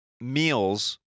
meals